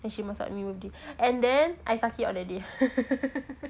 then she masak me birthday and then I sakit on that day